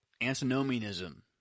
antinomianism